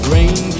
Rain